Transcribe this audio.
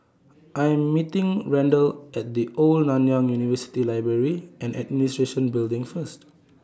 I Am meeting Randle At The Old Nanyang University Library and Administration Building First